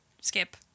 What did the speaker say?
skip